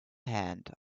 hand